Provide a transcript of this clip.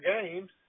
games